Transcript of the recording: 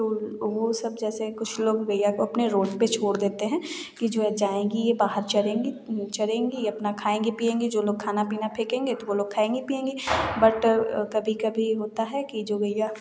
वह सब जैसे कुछ लोग गैया को अपने रोड पर छोड़ देते हैं कि जो जाएँगी यह बाहर चरेंगी अपना खायेंगी पियेंगी जो लोग खाना पीना फेंकेंगे तो वह लोग खायेंगे पियेंगे बट कभी कभी होता है कि जो गैया